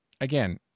again